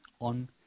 on